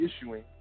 issuing